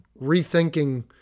rethinking